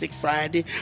Friday